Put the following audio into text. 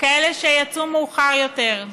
וכאלה שיצאו מאוחר יותר.